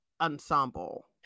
ensemble